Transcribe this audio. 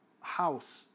house